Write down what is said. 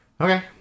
Okay